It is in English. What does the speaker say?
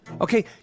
Okay